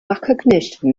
recognition